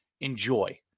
enjoy